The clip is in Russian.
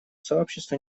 сообществу